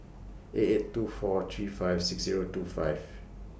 eight eight two four three five six Zero two five